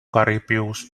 caribous